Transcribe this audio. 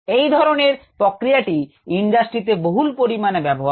এই ধরনের প্রক্রিয়াটি ইন্ডাস্ট্রিতে বহুল পরিমানে ব্যাবহার হয়